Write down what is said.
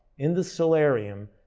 in the solarium,